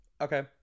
Okay